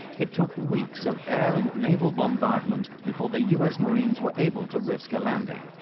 it took weeks of air and naval bombardment before the u s. marines were able to risk a landing.